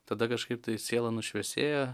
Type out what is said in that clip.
tada kažkaip tai siela nušviesėja